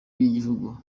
yigihugu